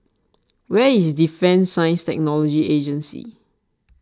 where is Defence Science and Technology Agency